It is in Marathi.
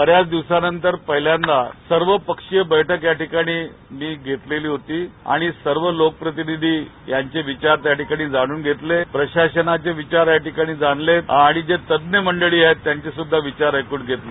बऱ्याच दिवसानंतर पहिल्यांदा सर्व पक्षीय बैठक या ठिकाणी मी घेतलेली होती आणि सर्व लोक प्रतिनिधी यांचे विचार या ठिकाणी जाणून घेतले प्रशाशनाचे विचार या ठिकाणी जाणले आणि जे तज्ज्ञ मंडळी आहे त्यांचे विचारस्दृधा मी जाणून घेतले